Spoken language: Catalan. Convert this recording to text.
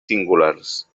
singulars